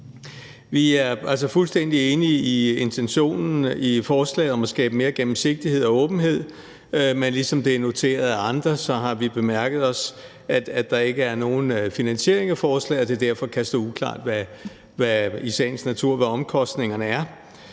enige i intentionen i forslaget om at skabe mere gennemsigtighed og åbenhed, men ligesom det er noteret af andre, har vi bemærket, at der ikke er nogen finansiering af forslaget, og at det derfor i sagens natur kan stå uklart, hvad omkostningerne er.